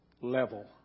level